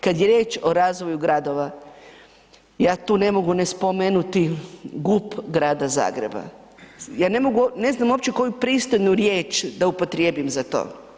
Kad je riječ o razvoju gradova, ja tu ne mogu ne spomenuti GUP Grada Zagreba, ja ne znam uopće koju pristojnu riječ da upotrijebim za to.